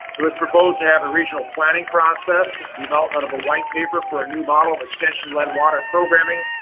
it was proposed to have a regional planning process, development of a white paper for a new model of extension led water programming,